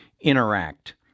interact